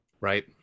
right